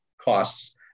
costs